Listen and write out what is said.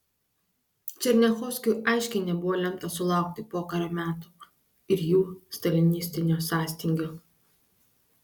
černiachovskiui aiškiai nebuvo lemta sulaukti pokario metų ir jų stalinistinio sąstingio